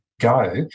go